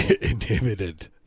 inhibited